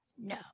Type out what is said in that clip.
no